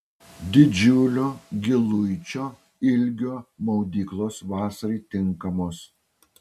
didžiulio giluičio ilgio maudyklos vasarai tinkamos